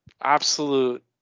absolute